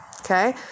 okay